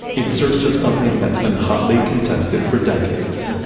in search of something that's been hotly contested for decades,